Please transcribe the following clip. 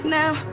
now